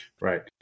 Right